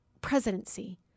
presidency